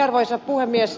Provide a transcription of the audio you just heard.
arvoisa puhemies